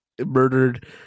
Murdered